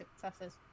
successes